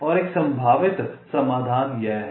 और एक संभावित समाधान यह है